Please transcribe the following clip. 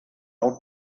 out